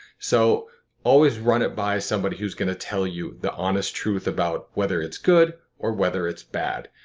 so always run it by somebody who's going to tell you the honest truth about whether it's good or whether it's bad.